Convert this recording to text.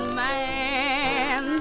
man